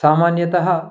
सामान्यतः